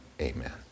amen